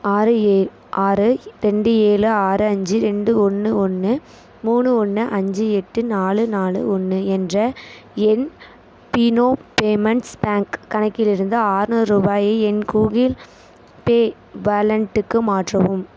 ஆறு ஏ ஆறு ரெண்டு ஏழு ஆறு அஞ்சு ரெண்டு ஒன்று ஒன்று மூணு ஒன்று அஞ்சு எட்டு நாலு நாலு ஒன்று என்ற என் ஃபெனோ பேமெண்ட்ஸ் பேங்க் கணக்கிலிருந்து ஆறுநூறு ரூபாயை என் கூகிள் பே வாலென்ட்டுக்கு மாற்றவும்